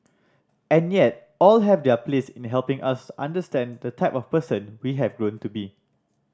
and yet all have their place in helping us understand the type of person we have grown to be